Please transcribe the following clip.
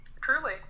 Truly